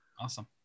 awesome